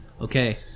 Okay